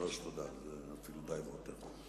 שלוש, תודה, זה אפילו די והותר.